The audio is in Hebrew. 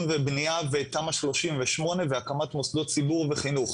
ובנייה ותמ"א 38 והקמת מוסדות ציבור וחינוך.